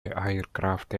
aircraft